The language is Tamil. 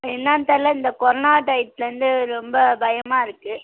என்னென்னு தெரியல இந்த கொரோனா டயத்துலருந்து ரொம்ப பயமாக இருக்குது